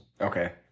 Okay